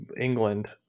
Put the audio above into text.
England